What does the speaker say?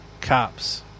cops